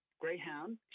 greyhound